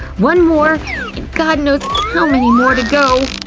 one more and god knows how many more to go.